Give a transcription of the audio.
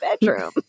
bedroom